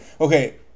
Okay